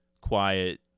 Quiet